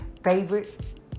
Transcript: favorite